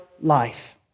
life